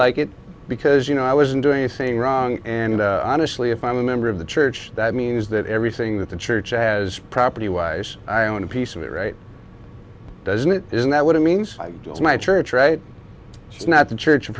like it because you know i was in doing anything wrong and honestly if i'm a member of the church that means that everything that the church has property wise i own a piece of it right doesn't it isn't that what it means it's my church right it's not the church of